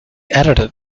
edited